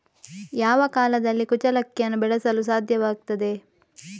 ಯಾವ ಕಾಲದಲ್ಲಿ ಕುಚ್ಚಲಕ್ಕಿಯನ್ನು ಬೆಳೆಸಲು ಸಾಧ್ಯವಾಗ್ತದೆ?